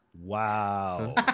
Wow